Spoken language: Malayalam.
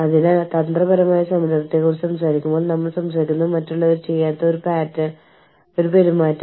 അല്ലെങ്കിൽ കമ്പനി പറയുന്നു ശരി ഞങ്ങൾ ഗവൺമെന്റിനോട് പറയാം നിങ്ങളുടെ പങ്കാളി ഇതാണ് ഞങ്ങൾ ഭാഗിക ഉത്തരവാദിത്തം ഏറ്റെടുക്കാൻ തയ്യാറാണ്